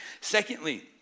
Secondly